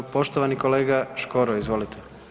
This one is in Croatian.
Poštovani kolega Škoro, izvolite.